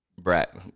Brat